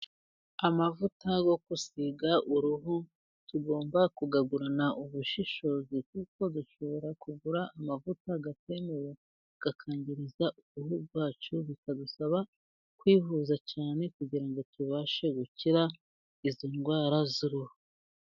Amavuta yo gusiga uruhu tugomba ku yagurana ubushishozi, kuko dushobora kugura amavuta atemewe akangiriza uruhu rwacu, bikadusaba kwivuza cyane kugira ngo tubashe gukira izo ndwara z'uruhu.